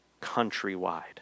countrywide